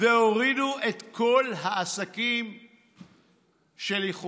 והורידו את כל העסקים שלכאורה,